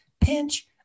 pinch